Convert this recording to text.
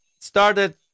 started